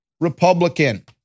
Republican